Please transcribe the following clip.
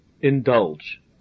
indulge